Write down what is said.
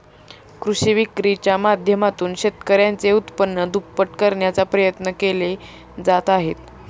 कृषी विक्रीच्या माध्यमातून शेतकऱ्यांचे उत्पन्न दुप्पट करण्याचा प्रयत्न केले जात आहेत